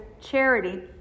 charity